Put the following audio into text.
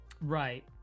Right